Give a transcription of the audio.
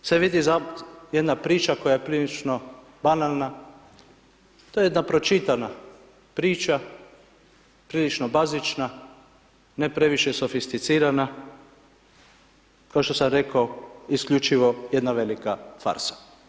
Iz ovoga se vidi jedna priča koja je prilično banalna, to jedna pročitana priča, prilično bazična, ne previše sofisticirana, kao što sam rekao, isključivo jedna velika farsa.